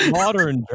Modern